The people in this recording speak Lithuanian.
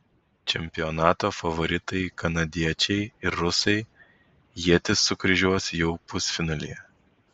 čempionato favoritai kanadiečiai ir rusai ietis sukryžiuos jau pusfinalyje